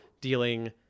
dealing